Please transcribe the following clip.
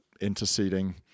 Interceding